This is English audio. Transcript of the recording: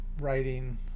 writing